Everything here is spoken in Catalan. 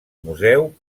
museu